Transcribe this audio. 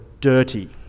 dirty